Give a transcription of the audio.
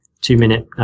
two-minute